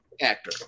actor